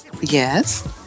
Yes